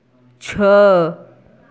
छः